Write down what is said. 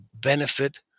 benefit